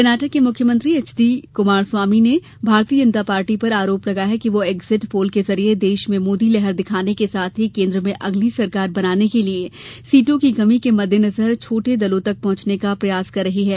कर्नाटक के मुख्यमंत्री H D Kumaraswamy ने भारतीय जनता पार्टी पर आरोप लगाया कि वह एक्जिट पोल के जरिए देश में मोदी लहर दिखाने के साथ ही केंद्र में अगली सरकार बनाने के लिए सीटों की कमी के मद्देनजर छोटे दलों तक पहंचाने का प्रयास कर रही है